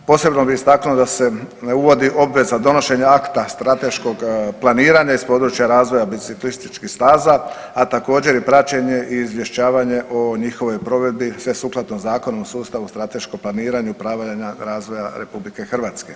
Posebno bih istaknuo da se uvodi obveza donošenja akta strateškog planiranja iz područja razvoja biciklističkih staza, a također i praćenje i izvješćavanje o njihovoj provedbi sve sukladno Zakonu o sustavu, strateškom planiranju upravljanja razvoja RH.